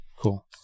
cool